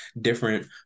different